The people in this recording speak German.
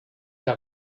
der